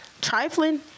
Trifling